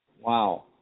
Wow